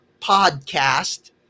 podcast